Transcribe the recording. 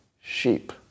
sheep